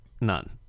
None